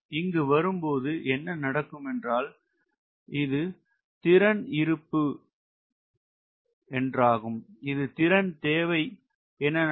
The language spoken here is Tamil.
இங்கு வரும்போது என்ன நடக்குமென்றால் இது திறன் இருப்பு இது திறன் தேவை என்ன நடக்கும்